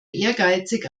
ehrgeizig